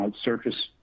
surface